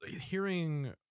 hearing